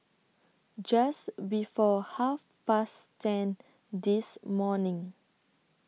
Just before Half Past ten This morning